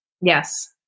Yes